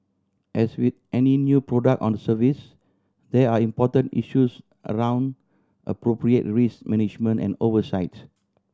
as with any new product on service there are important issues around appropriate risk management and oversight